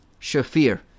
Shafir